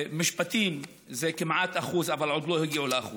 משפטים זה כמעט 1%, אבל עוד לא הגיעו ל-1%.